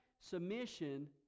submission